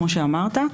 כמו שאמרת,